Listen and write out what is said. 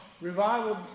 Revival